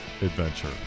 adventure